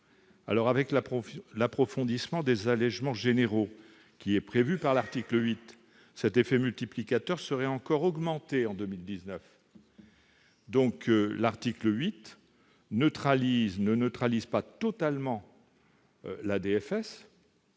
Avec l'approfondissement des allégements généraux prévu par l'article 8, cet effet multiplicateur serait encore augmenté en 2019. L'article 8 ne neutralise pas totalement la DFS